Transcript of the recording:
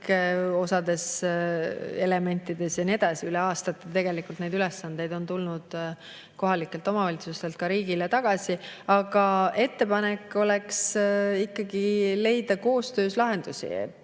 osas elementides ja nii edasi. Aastate jooksul on ülesandeid tulnud kohalikelt omavalitsustelt ka riigile tagasi. Aga ettepanek oleks ikkagi leida koostöös lahendusi.